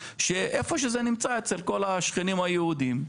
שאיפה שזה נמצא אצל כל השכנים היהודים,